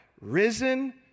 Risen